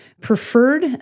preferred